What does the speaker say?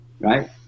Right